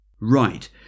Right